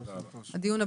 אני נועלת את הדיון.